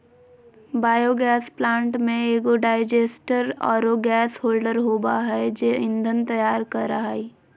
biogas plant में एगो digester आरो गैस होल्डर होबा है जे ईंधन तैयार करा हइ